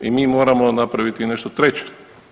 I mi moramo napraviti nešto treće.